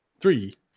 Three